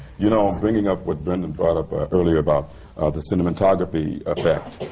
you know, bringing up what brendan brought up earlier about the cinematography effect,